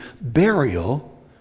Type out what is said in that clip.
burial